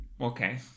okay